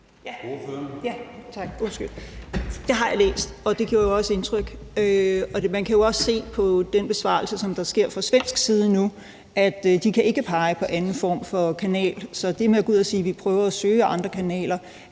det har jeg læst, og det gjorde også indtryk. Man kan jo også se på den besvarelse, der kommer fra svensk side nu, at de ikke kan pege på en anden form for kanal. Så det med at gå ud at sige, at man prøver at søge andre kanaler,